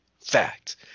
Fact